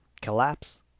collapse